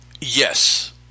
yes